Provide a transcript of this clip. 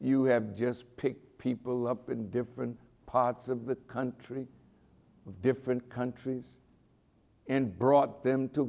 you have just pick people up in different parts of the country of different countries and brought them to